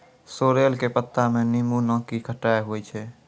sorrel के पत्ता मॅ नींबू नाकी खट्टाई होय छै